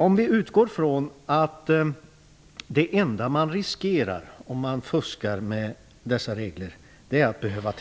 Om vi utgår från att det enda man riskerar om man fuskar med dessa regler är att behöva